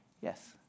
Yes